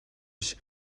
биш